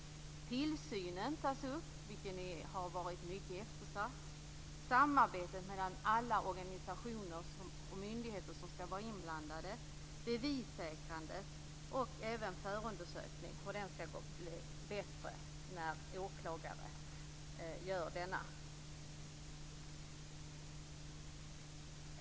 Tillsynen tas upp, vilken har varit mycket eftersatt, liksom samarbetet mellan alla organisationer och myndigheter som skall vara inblandade, bevissäkrandet och även förundersökningen. Den skall bli bättre när åklagare gör den.